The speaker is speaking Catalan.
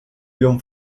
llum